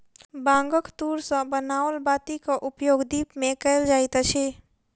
बांगक तूर सॅ बनाओल बातीक उपयोग दीप मे कयल जाइत अछि